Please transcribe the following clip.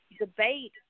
debate